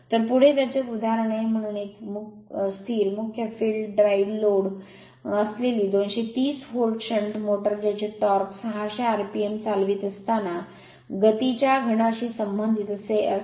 तर पुढे त्याचे एक उदाहरण आहे म्हणून एक स्थिर मुख्य फील्ड ड्राइव्ह लोड असलेली 230 व्होल्ट शंट मोटर ज्याची टॉर्क 600 आरपीएम चालवित असताना गतीच्या घनशी संबंधित असते